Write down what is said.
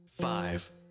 five